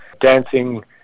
dancing